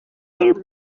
there